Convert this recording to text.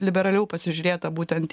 liberaliau pasižiūrėta būtent